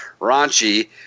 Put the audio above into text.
raunchy